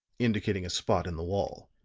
indicating a spot in the wall,